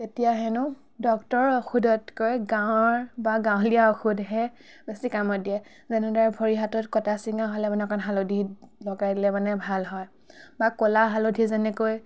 তেতিয়া হেনো ডক্টৰৰ ঔষধতকৈ গাঁৱৰ বা গাঁৱলীয়া ঔষধেহে বেছি কামত দিয়ে যেনেদৰে ভৰি হাতত কটা চিঙা হ'লে মানে অকণমান হালধি লগাই দিলে মানে ভাল হয় বা ক'লা হালধি যেনেকৈ